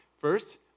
First